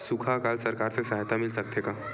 सुखा अकाल सरकार से सहायता मिल सकथे का?